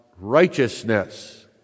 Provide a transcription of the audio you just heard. righteousness